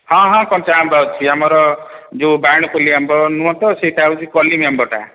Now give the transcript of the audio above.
ହଁ ହଁ କଞ୍ଚା ଆମ୍ବ ଅଛି ଆମର ଯେଉଁ ବାଇଗଣ ପୋଲେଇ ଆମ୍ବ ନୁହଁ ତ ସେଇଟା ହେଉଛି କଲିମି ଆମ୍ବଟା